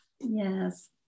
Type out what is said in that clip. Yes